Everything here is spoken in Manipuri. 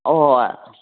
ꯑꯣ